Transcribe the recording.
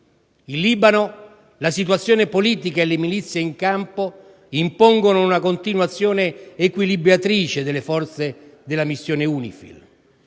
In Libano, la situazione politica e le milizie in campo impongono una continua azione equilibratrice delle Forze della missione UNIFIL.